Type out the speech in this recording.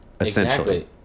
essentially